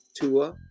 Tua